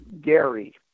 Gary